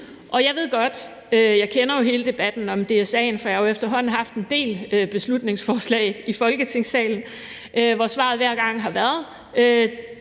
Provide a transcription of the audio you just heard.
afhængige. Jeg kender jo hele debatten om DSA'en, for jeg har jo efterhånden haft en del beslutningsforslag i Folketingssalen, hvor svaret hver gang har været: